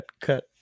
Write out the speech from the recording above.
cut